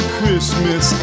Christmas